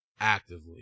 actively